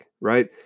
right